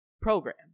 program